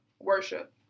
worship